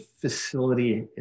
facility